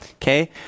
Okay